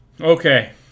Okay